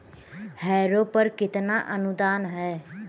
Harrow पर कितना अनुदान है?